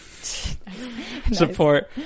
support